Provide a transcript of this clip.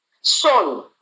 son